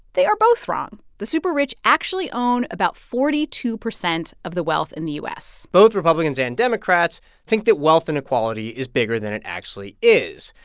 they are both wrong. the super-rich actually own about forty two percent of the wealth in the u s both republicans and democrats think that wealth inequality is bigger than it actually is.